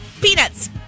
peanuts